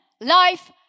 life